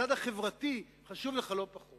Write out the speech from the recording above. הארץ הזאת חשובה לך לא פחות